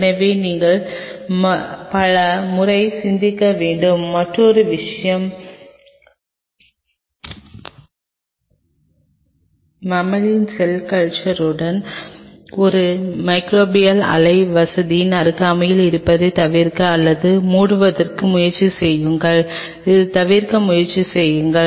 எனவே நீங்கள் பல முறை சிந்திக்க வேண்டும் மற்றொரு விஷயம் மம்மலின் செல் கல்ச்சருடன் ஒரு மிகிரேபியல் அலை வசதியின் அருகாமையில் இருப்பதைத் தவிர்க்க அல்லது மூடுவதற்கு முயற்சி செய்யுங்கள் அதைத் தவிர்க்க முயற்சி செய்யுங்கள்